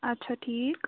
آچھا ٹھیٖک